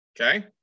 Okay